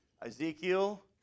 Ezekiel